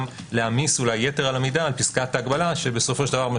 להעמיס אולי יתר על המידה על פסקת ההגבלה שבסופו של דבר,